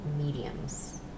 mediums